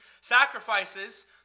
sacrifices